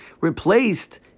replaced